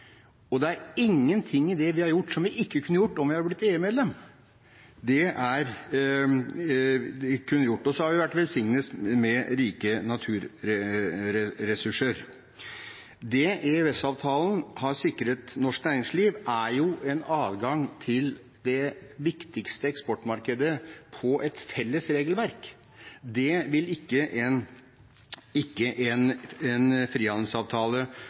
Det er ingenting i det vi har gjort, som vi ikke kunne ha gjort om vi hadde blitt EU-medlem. Og vi har vært velsignet med rike naturressurser. Det EØS-avtalen har sikret norsk næringsliv, er adgang til det viktigste eksportmarkedet ut fra et felles regelverk. Det vil ikke en